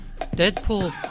Deadpool